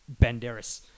Banderas